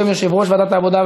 בשם יושב-ראש ועדת העבודה,